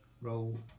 roll